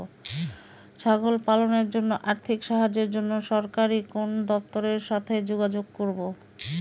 ছাগল পালনের জন্য আর্থিক সাহায্যের জন্য সরকারি কোন দপ্তরের সাথে যোগাযোগ করব?